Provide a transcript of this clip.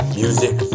music